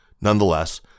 Nonetheless